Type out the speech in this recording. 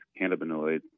cannabinoids